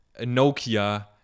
nokia